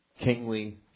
kingly